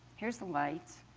here's the light.